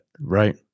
Right